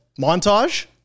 Montage